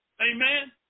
Amen